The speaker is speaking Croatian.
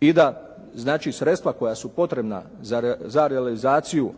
i da znači sredstva koja su potrebna za realizaciju